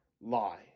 lie